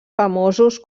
famosos